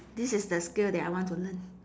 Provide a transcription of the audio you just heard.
this is the skill that I want to learn